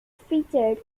featured